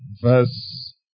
verse